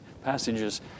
passages